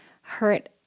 hurt